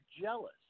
jealous